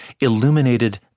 illuminated